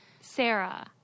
Sarah